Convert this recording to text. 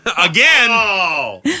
Again